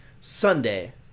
Sunday